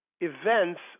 events